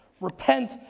Repent